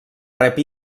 rep